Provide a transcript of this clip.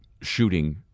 shooting—